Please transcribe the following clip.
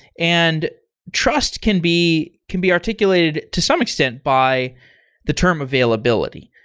and trust can be can be articulated to some extent by the term availability.